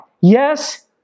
yes